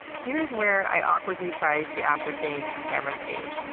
here's where i awkwardly try to ascertain cameron's age.